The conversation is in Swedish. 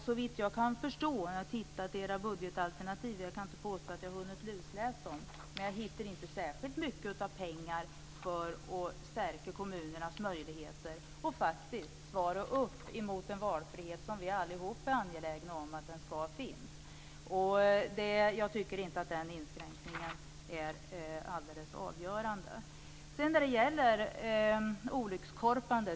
Såvitt jag kan förstå när jag har tittat i era budgetalternativ - jag kan inte påstå att jag har hunnit att lusläsa dem - finns det inte särskilt mycket pengar för att stärka kommunernas möjligheter att svara upp mot den valfrihet som vi alla är angelägna om skall finnas. Jag tycker inte att den här inskränkningen är alldeles avgörande. Sedan har vi detta med olyckskorparna.